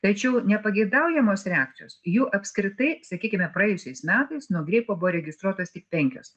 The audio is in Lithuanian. tačiau nepageidaujamos reakcijos jų apskritai sakykime praėjusiais metais nuo gripo buvo registruotos tik penkios